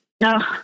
No